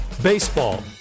Baseball